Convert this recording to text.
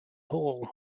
hall